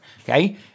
Okay